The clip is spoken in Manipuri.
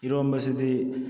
ꯏꯔꯣꯟꯕꯁꯤꯗꯤ